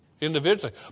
individually